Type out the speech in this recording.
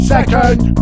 Second